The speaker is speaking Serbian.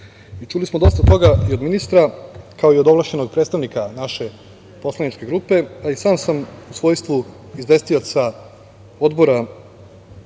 čuli smo dosta toga i od ministra, kao i od ovlašćenog predstavnika naše poslaničke grupe, pa i sam sam u svojstvu izvestioca odbora